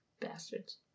Bastards